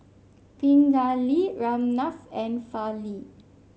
Pingali Ramnath and Fali